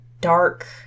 dark